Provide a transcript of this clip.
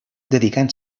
dedicant